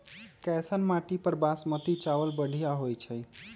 कैसन माटी पर बासमती चावल बढ़िया होई छई?